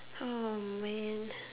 ah man